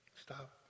Stop